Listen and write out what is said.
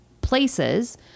places